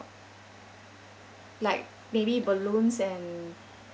like maybe balloons and